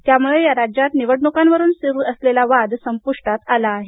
यामुळं राज्यात या निवडणुकांवरून सुरू असलेला वाद संपुष्टात आला आहे